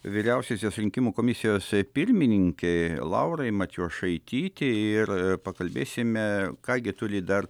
vyriausiosios rinkimų komisijos pirmininkei laurai matijošaitytei ir pakalbėsime ką gi turi dar